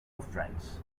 friends